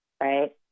right